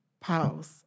pause